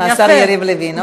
יריב לוין, יפה.